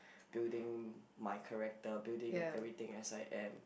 building my character building everything as I am